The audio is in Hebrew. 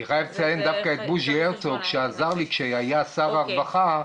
אני רוצה לציין את בוזי הרצוג שעזר לי כשהיה שר הרווחה,